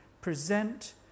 present